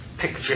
picture